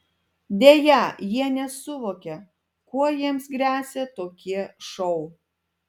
deja jie nesuvokia kuo jiems gresia tokie šou